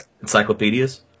encyclopedias